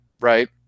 right